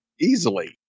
easily